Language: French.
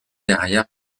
derrière